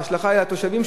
וההשלכה היא על התושבים,